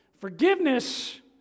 Forgiveness